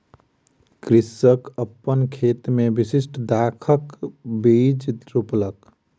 कृषक अपन खेत मे विशिष्ठ दाखक बीज रोपलक